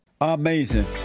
Amazing